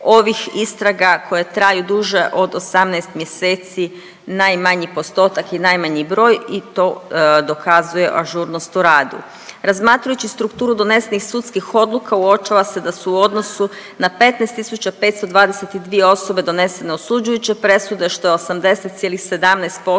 istraga koje traju duže od 18 mjeseci najmanji postotak i najmanji broj i to dokazuje ažurnost u radu. Razmatrajući strukturu donesenih sudskih odluka uočava se da su u odnosu n a 15522 osobe donesene osuđujuće presude što je 80,17%